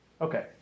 Okay